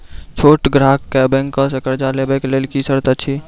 छोट ग्राहक कअ बैंक सऽ कर्ज लेवाक लेल की सर्त अछि?